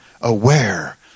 aware